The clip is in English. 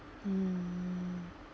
um